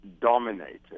dominated